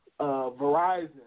Verizon